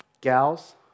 gals